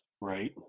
Right